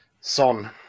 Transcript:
Son